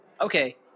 okay